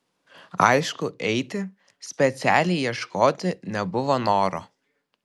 aišku eiti specialiai ieškoti nebuvo noro